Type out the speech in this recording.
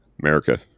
America